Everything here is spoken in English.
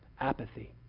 Apathy